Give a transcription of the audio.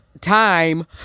time